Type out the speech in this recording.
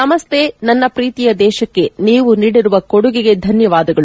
ನಮಸ್ತೆ ನನ್ನ ಪ್ರೀತಿಯ ದೇಶಕ್ಕೆ ನೀವು ನೀಡಿರುವ ಕೊಡುಗೆಗೆ ಧನ್ಯವಾದಗಳು